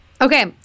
okay